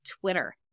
Twitter